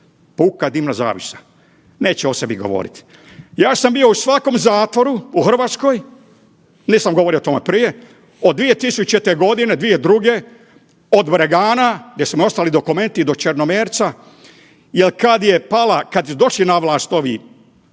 Puka dimna zavjesa, neće o sebi govoriti. Ja sam bio u svakom zatvoru u Hrvatskoj, nisam govorio o tome prije, od 2000., 2002. od … gdje su mi ostali dokumenti do Črnomerca jer kada su došli na vlast ovi